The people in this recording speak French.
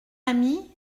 ami